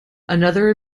another